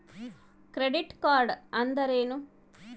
Credit card ಅಂದ್ರೇನು?